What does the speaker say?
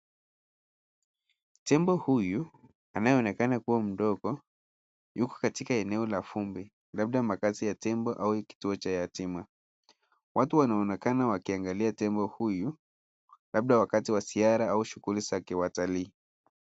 Tembo huyu anayeonekana kuwa mdogo yuko katika eneo la fumbi labda makazi ya Tembo au kituo cha yatima ,watu wanaonekana wakiangalia Tembo huyu labda wakati wa ziara au shughuli zake watalii.